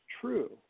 true